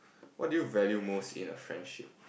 what do you value most in a friendship